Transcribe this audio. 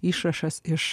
išrašas iš